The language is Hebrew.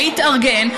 להתארגן,